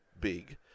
big